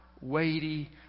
weighty